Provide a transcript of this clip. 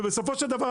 בסופו של דבר,